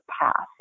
path